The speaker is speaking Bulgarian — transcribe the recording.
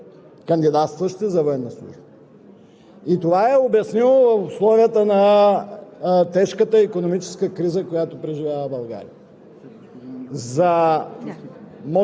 В някои видове въоръжени сили това е съотношение едно на над десет човека, кандидатстващи за военна служба.